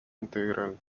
integral